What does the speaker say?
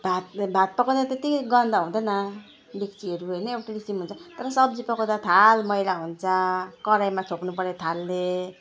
भातले भात पकाउँदा त्यति गन्दा हुँदैन डेक्चीहरू होइन एउटै किसिमको हुन्छ तर सब्जी पकाउँदा थाल मैला हुन्छ कराहीमा छोप्नुपर्यो थालले